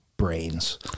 brains